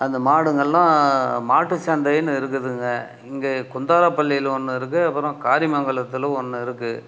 அந்த மாடுங்கள்லாம் மாட்டுச்சந்தையின்னு இருக்குதுங்க இங்கே குந்தாரப்பள்ளியில் ஒன்று இருக்கு அப்புறம் காரியமங்களத்தில் ஒன்று இருக்கு